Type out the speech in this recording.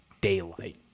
daylight